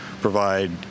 provide